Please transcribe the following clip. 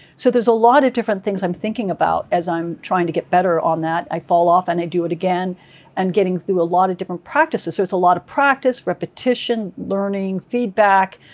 so there's a lot of different things i'm thinking about as i'm trying to get better on that. i fall off and i do it again and getting through a lot of different practices. so it's a lot of practice, repetition, learning, feedback